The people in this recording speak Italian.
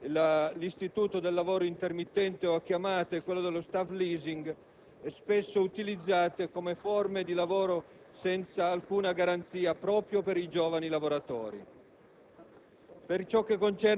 si abolisce l'istituto del lavoro intermittente o a chiamata, cosiddetto *staff leasing,* spesso utilizzato come forma di lavoro senza alcuna garanzia per i giovani lavoratori.